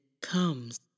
comes